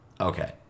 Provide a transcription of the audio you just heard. Okay